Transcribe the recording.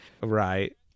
Right